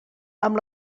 amb